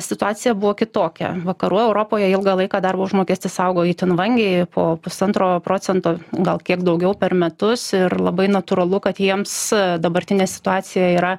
situacija buvo kitokia vakarų europoje ilgą laiką darbo užmokestis augo itin vangiai po pusantro procento gal kiek daugiau per metus ir labai natūralu kad jiems dabartinė situacija yra